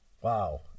Wow